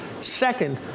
Second